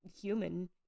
human